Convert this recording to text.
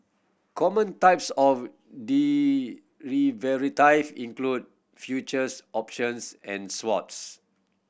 common types of include futures options and swaps